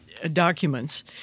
Documents